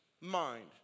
mind